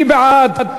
מי בעד?